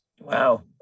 Wow